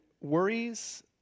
worries